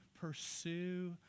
pursue